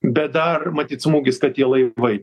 bet dar matyt smūgis kad tie laivai